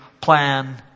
plan